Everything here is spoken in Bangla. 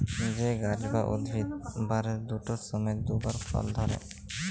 যে গাহাচ বা উদ্ভিদ বারের দুট সময়ে দুবার ফল ধ্যরে